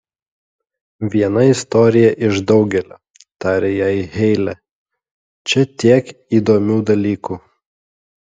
viena istorija iš daugelio tarė jai heile čia tiek įdomių dalykų